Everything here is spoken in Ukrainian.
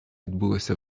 відбулося